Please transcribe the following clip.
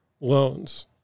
loans